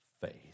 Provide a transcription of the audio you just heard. faith